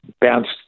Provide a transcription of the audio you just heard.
bounced